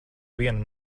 vienu